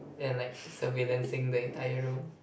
and like surveillancing the entire room